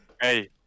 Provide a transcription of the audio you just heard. Hey